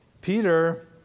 Peter